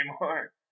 anymore